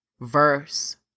verse